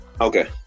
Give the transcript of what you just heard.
Okay